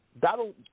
That'll